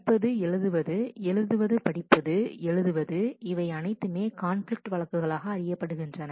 படிப்பது எழுதுவது எழுதுவது படிப்பது எழுதுவது இவை அனைத்துமே கான்பிலிக்ட் வழக்குகளாக அறியப்படுகின்றன